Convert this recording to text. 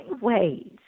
ways